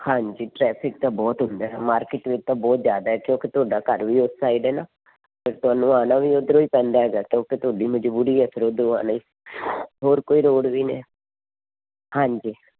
ਹਾਂਜੀ ਟਰੈਫਿਕ ਤਾਂ ਬਹੁਤ ਹੁੰਦਾ ਮਾਰਕੀਟ ਵਿੱਚ ਤਾਂ ਬਹੁਤ ਜਿਆਦਾ ਕਿਉਂਕਿ ਤੁਹਾਡਾ ਘਰ ਵੀ ਉਸ ਸਾਈਡ ਹੈ ਨਾ ਫਿਰ ਤੁਹਾਨੂੰ ਆਉਣਾ ਵੀ ਉਧਰੋਂ ਹੀ ਪੈਂਦਾ ਹੈਗਾ ਕਿਉਂਕਿ ਤੁਹਾਡੀ ਮਜ਼ਬੂਰੀ ਹੈ ਫਿਰ ਉਧਰੋਂ ਆਉਣਾ ਹੀ ਹੋਰ ਕੋਈ ਰੋਡ ਵੀ ਨਹੀਂ ਹਾਂਜੀ